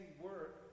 work